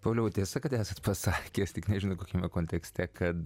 pauliau tiesa kad esat pasakęs tik nežinau kokiame kontekste kad